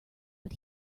but